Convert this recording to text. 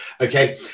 Okay